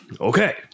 okay